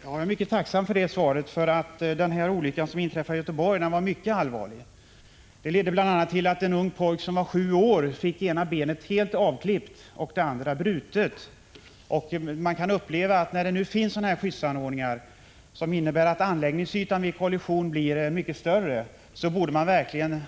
Herr talman! Jag är mycket tacksam för det svaret. Olyckan som inträffade i Göteborg var mycket allvarlig. Den ledde bl.a. till att en sjuårig pojke fick ena benet helt avklippt och det andra brutet. När det nu finns skyddsanordningar, som innebär att anläggningsytan vid en kollision blir mycket större, borde man verkligen